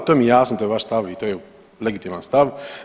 To mi je jasno, to je vaš stav i to je legitiman stav.